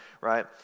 right